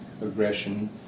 aggression